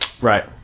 Right